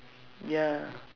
ya